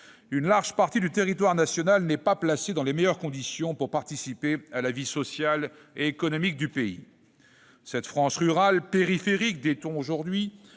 qu'une large partie du territoire national n'est, encore une fois, pas placée dans les meilleures conditions pour participer à la vie sociale et économique du pays. Cette France rurale, « périphérique » dit-on aujourd'hui,